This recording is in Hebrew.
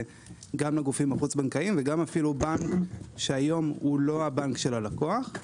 גם לגופים החוץ בנקאיים וגם בנק שהיום אינו בנק הלקוח.